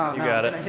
you got it.